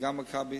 בכל אופן,